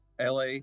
LA